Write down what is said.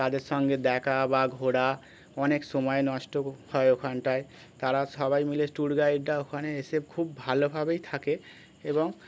তাদের সঙ্গে দেখা বা ঘোরা অনেক সময় নষ্ট হয় ওখানটায় তারা সবাই মিলে ট্যুর গাইডরা ওখানে এসে খুব ভালোভাবেই থাকে এবং